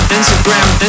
Instagram